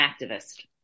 activist